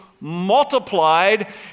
multiplied